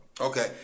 Okay